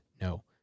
No